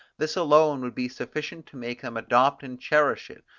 this alone would be sufficient to make them adopt and cherish it,